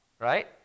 right